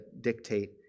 dictate